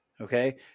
okay